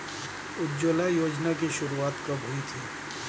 उज्ज्वला योजना की शुरुआत कब हुई थी?